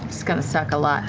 this is going to suck a lot